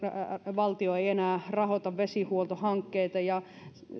valtio ei enää rahoita vesihuoltohankkeita